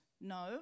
No